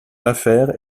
affaires